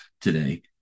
today